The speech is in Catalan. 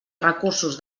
recursos